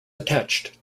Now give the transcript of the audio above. attached